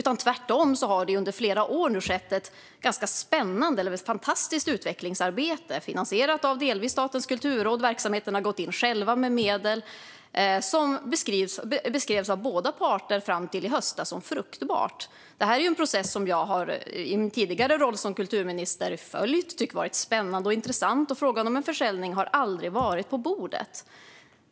Tvärtom har det under flera år skett ett ganska spännande och fantastiskt utvecklingsarbete som beskrevs av båda parter fram till i höstas som fruktbart, delvis finansierat av Statens kulturråd. Även verksamheterna själva har gått in med medel. Detta är en process som jag i min tidigare roll som kulturminister har följt och tyckt varit spännande och intressant. Frågan om en försäljning har aldrig varit på bordet.